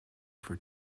for